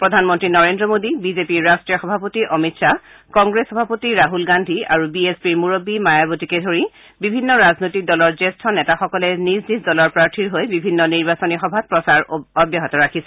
প্ৰধানমন্তী নৰেন্দ্ৰ মোডী বিজেপিৰ ৰাষ্ট্ৰীয় সভাপতি অমিত খাহ কংগ্ৰেছ সভাপতি ৰাহুল গাধী আৰু বি এছ পিৰ মূৰববী মায়াৱতীকে ধৰি বিভিন্ন ৰাজনৈতিক দলৰ জ্যেষ্ঠ নেতাসকলে নিজ নিজ দলৰ প্ৰাৰ্থীৰ হৈ বিভিন্ন নিৰ্বাচনী সভাত প্ৰচাৰ অব্যাহত ৰাখিছে